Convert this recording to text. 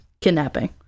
kidnapping